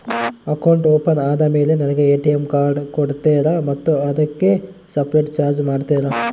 Account open ಆದಮೇಲೆ ನನಗೆ ATM card ಕೊಡ್ತೇರಾ ಮತ್ತು ಅದಕ್ಕೆ ಸಪರೇಟ್ ಚಾರ್ಜ್ ಮಾಡ್ತೇರಾ?